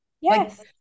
yes